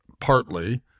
partly